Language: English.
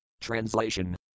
Translation